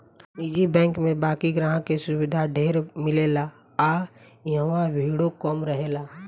निजी बैंक में बाकि ग्राहक के सुविधा ढेर मिलेला आ इहवा भीड़ो कम रहेला